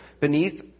beneath